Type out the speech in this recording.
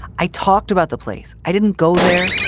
i talked about the place. i didn't go there.